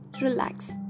Relax